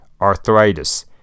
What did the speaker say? Arthritis